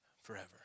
forever